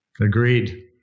Agreed